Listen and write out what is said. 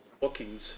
bookings